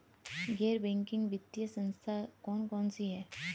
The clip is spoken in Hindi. गैर बैंकिंग वित्तीय संस्था कौन कौन सी हैं?